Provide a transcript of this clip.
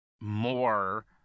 more